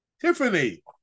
Tiffany